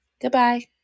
Goodbye